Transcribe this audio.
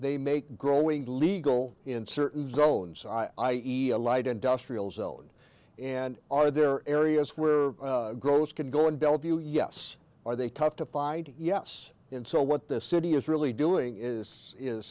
they make growing legal in certain zones i e a light industrial zone and are there areas where girls can go in bellevue yes are they tough to find yes and so what the city is really doing is